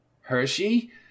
Hershey